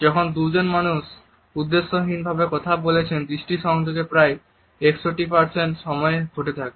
যখন দুজন মানুষ উদ্দেশ্যহীনভাবে কথা বলছেন দৃষ্টি সংযোগ প্রায় 61 সময় ঘটে থাকে